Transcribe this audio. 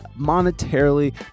monetarily